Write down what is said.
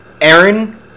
Aaron